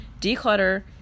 declutter